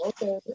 Okay